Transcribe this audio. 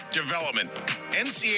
development